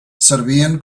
servien